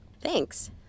Thanks